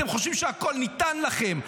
אתם חושבים שהכול ניתן לכם,